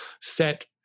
set